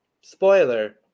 Spoiler